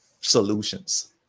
solutions